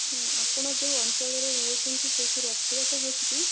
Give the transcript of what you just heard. ଆପଣ ଯେଉଁ ଅଞ୍ଚଳରେ ରହୁଛନ୍ତି ସେଇଠି ରଥଯାତ୍ରା ହଉଛି କି